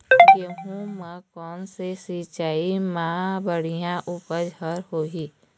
गेहूं म कोन से सिचाई म बड़िया उपज हर होही?